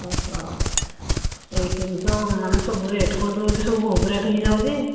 ଓହ ଏଇଖିଣି ତ ମାନେ ସବୁ ରେଟ୍ କରିଦଉଛି ସବୁ ବହୁତ ରେଟ୍ ହେଇଯାଉଛି